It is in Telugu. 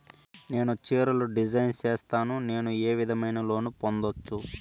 నేను చీరలు డిజైన్ సేస్తాను, నేను ఏ విధమైన లోను పొందొచ్చు